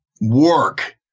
work